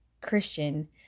Christian